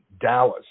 Dallas